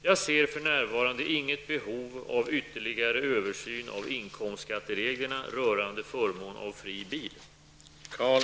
Jag ser för närvarande inget behov av ytterligare översyn av inkomstskattereglerna rörande förmån av fri bil.